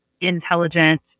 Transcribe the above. intelligent